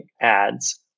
ads